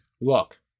Look